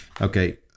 Okay